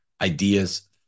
Ideas